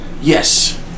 yes